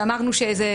שאמרנו שזה